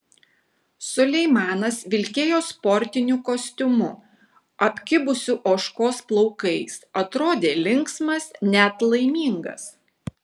suleimanas vilkėjo sportiniu kostiumu apkibusiu ožkos plaukais atrodė linksmas net laimingas